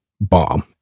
bomb